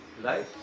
Right